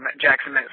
Jackson